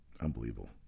Unbelievable